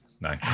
No